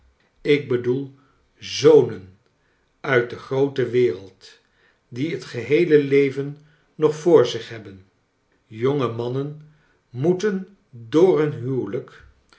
ik bedoel zonen nit de groote wereld die het geheele leven nog voor zich hebben jonge mannen moeten door hun huwelijk